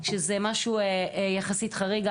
שזה משהו יחסית חריג,